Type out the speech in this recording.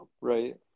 Right